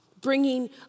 Bringing